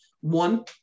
One